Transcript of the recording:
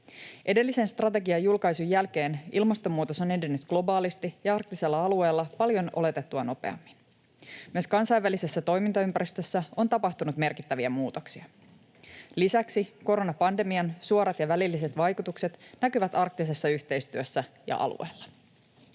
Edellisen strategian julkaisun jälkeen ilmastonmuutos on edennyt globaalisti ja arktisella alueella paljon oletettua nopeammin. Myös kansainvälisessä toimintaympäristössä on tapahtunut merkittäviä muutoksia. Lisäksi koronapandemian suorat ja välilliset vaikutukset näkyvät arktisessa yhteistyössä ja alueella.